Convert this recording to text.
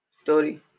story